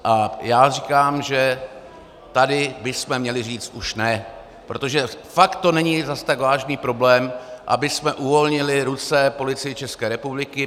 A já říkám, že tady bychom měli říct už ne, protože fakt to není zas tak vážný problém, abychom uvolnili ruce Policii České republiky.